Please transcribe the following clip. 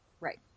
Right